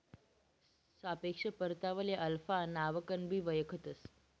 सापेक्ष परतावाले अल्फा नावकनबी वयखतंस